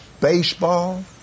baseball